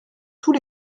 tous